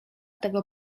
tego